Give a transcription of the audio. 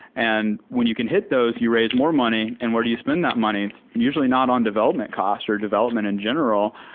and when you can hit those, you raise more money. and where do you spend that money? it's usually not on development costs or development in general,